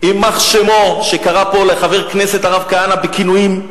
יימח שמו, שקרא פה לחבר הכנסת הרב כהנא בכינויים,